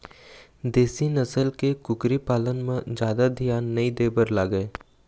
देशी नसल के कुकरी पालन म जादा धियान नइ दे बर लागय